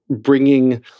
bringing